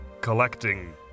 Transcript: collecting